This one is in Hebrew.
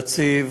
הנציב,